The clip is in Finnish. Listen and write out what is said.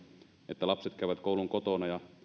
että lapset käyvät koulun kotona ja